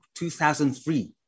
2003